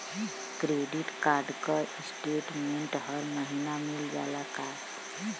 Credit card क statement हर महिना मिल जाला का?